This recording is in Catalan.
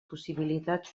possibilitats